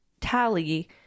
Tally